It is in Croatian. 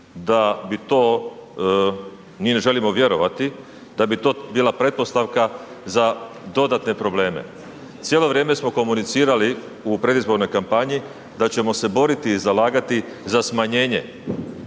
da bi to, mi ne želimo vjerovati da bi to bila pretpostavka za dodatne probleme. Cijelo vrijeme smo komunicirali u predizbornoj kampanji da ćemo se boriti i zalagati za smanjenje